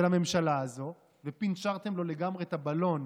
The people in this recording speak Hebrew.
הממשלה הזאת ופנצ'רתם לו לגמרי את הבלון,